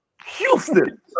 Houston